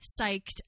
psyched